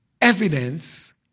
evidence